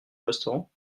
restaurant